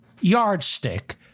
yardstick